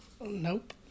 Nope